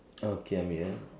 okay I'm here